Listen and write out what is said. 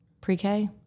pre-K